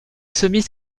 semi